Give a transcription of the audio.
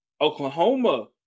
Oklahoma